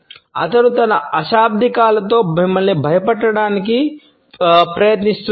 అతను తన అశాబ్దికాలతో మమ్మల్ని భయపెట్టడానికి ప్రయత్నిస్తున్నాడు